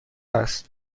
است